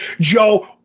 joe